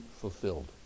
fulfilled